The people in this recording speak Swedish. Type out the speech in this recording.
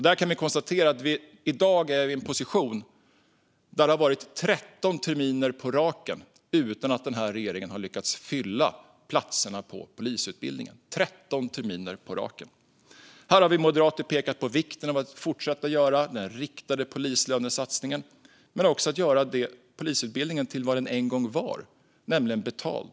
Där kan vi konstatera att vi i dag är i en position där det har varit 13 terminer på raken utan att den här regeringen har lyckats fylla platserna på polisutbildningen - 13 terminer på raken! Här har vi moderater pekat på vikten av att fortsätta att göra den riktade polislönesatsningen men också av att göra polisutbildningen till vad den en gång var, nämligen betald.